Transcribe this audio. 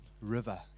River